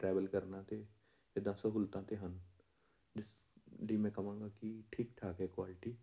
travel ਕਰਨਾ ਅਤੇ ਇੱਦਾਂ ਸਹੂਲਤਾਂ ਤਾਂ ਹਨ ਜਿਸ ਲਈ ਮੈਂ ਕਹਾਂਗਾ ਕਿ ਠੀਕ ਠਾਕ ਹੈ ਕੁਆਲਿਟੀ